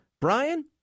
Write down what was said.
Brian